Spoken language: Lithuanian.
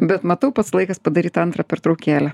bet matau pats laikas padaryt antrą pertraukėlę